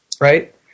Right